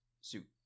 suit